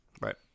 Right